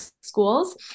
schools